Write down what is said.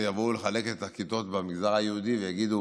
יפה.